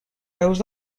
peus